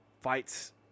fights